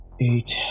Eight